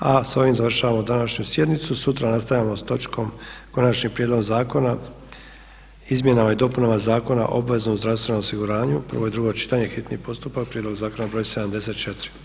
A s ovim završavamo današnju sjednicu i sutra nastavljamo s točkom Konačni prijedlog zakona o izmjenama i dopuna Zakona o obveznom zdravstvenom osiguranju, prvo i drugo čitanje, hitni postupak, prijedlog zakona br. 74.